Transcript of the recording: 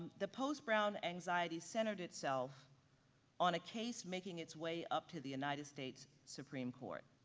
the post brown anxiety centered itself on a case making its way up to the united states supreme court.